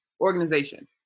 organization